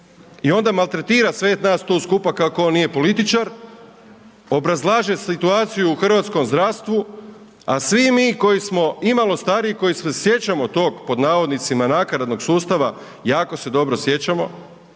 I onda maltretira sve nas tu skupa kako on nije političar, obrazlaže situaciju u hrvatskom zdravstvu, a svi mi koji smo imalo stariji koji se sjećamo tog pod navodnicima nakaradnog sustava jako se dobro sjećamo